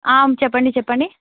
చెప్పండి చెప్పండి